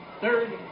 third